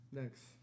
next